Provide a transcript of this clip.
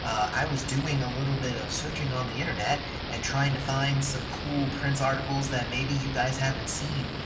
i was doing a little bit of searching on the internet and trying to find some cool prince articles that maybe you guys haven't seen.